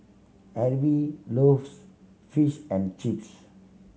Harvie loves Fish and Chips